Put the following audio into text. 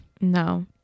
No